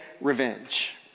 revenge